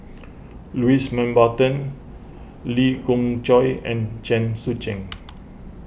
Louis Mountbatten Lee Khoon Choy and Chen Sucheng